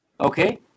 Okay